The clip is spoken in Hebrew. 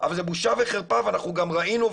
אבל זאת בושה וחרפה ואנחנו גם ראינו,